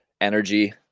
energy